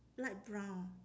light brown